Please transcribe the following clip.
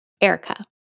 Erica